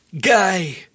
guy